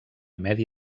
medi